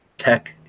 Tech